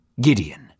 Gideon